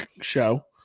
show